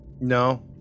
No